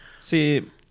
see